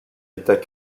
état